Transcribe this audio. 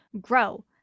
GROW